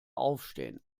aufstehen